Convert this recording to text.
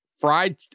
fried